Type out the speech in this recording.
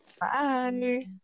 Bye